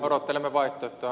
odottelemme vaihtoehtoa